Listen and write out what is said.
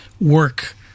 work